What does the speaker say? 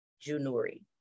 Junuri